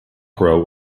crow